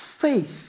Faith